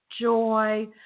joy